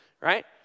Right